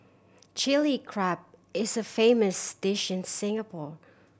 Chilli Crab is a famous dish in Singapore